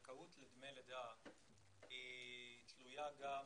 הזכאות לדמי לידה היא תלויה גם